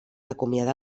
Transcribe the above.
acomiadar